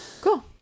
cool